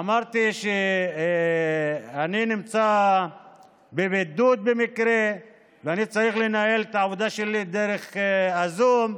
אמרתי שאני נמצא בבידוד במקרה ואני צריך לנהל את העבודה שלי דרך הזום,